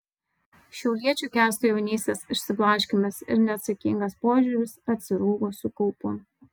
šiauliečiui kęstui jaunystės išsiblaškymas ir neatsakingas požiūris atsirūgo su kaupu